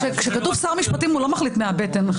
כשכתוב "שר משפטים" הוא לא מחליט מהבטן.